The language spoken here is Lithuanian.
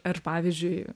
ir pavyzdžiui